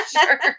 sure